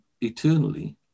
eternally